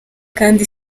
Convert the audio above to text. kandi